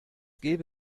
gäbe